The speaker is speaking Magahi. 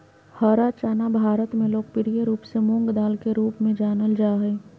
हरा चना भारत में लोकप्रिय रूप से मूंगदाल के रूप में जानल जा हइ